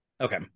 Okay